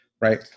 Right